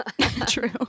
true